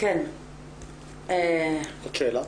זו שאלה.